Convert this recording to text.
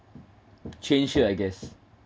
changed her I guess